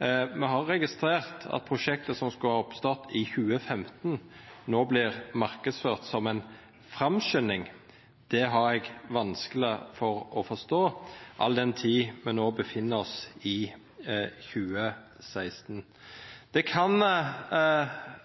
Me har registrert at prosjekt som skulle ha starta opp i 2015, no vert marknadsførte som ei framskynding. Det har eg vanskeleg for å forstå, all den tid me no er i 2016.